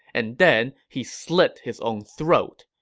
and then, he slit his own throat.